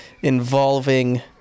involving